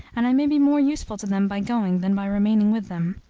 and i may be more useful to them by going than by remaining with them.